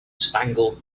spangled